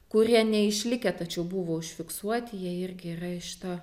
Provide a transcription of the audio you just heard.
kurie neišlikę tačiau buvo užfiksuoti jie irgi yra į šitą